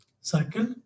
circle